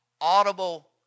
audible